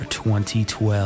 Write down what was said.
2012